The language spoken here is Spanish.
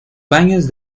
baños